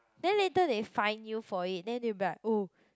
then later they fine you for it then you'll be like oh